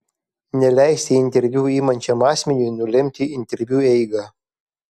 neleisti interviu imančiam asmeniui nulemti interviu eigą